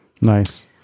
Nice